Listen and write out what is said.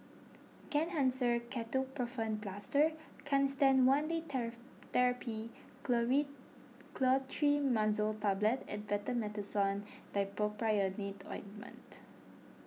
Kenhancer Ketoprofen Plaster Canesten one Day therapy glory Clotrimazole Tablet and Betamethasone Dipropionate Ointment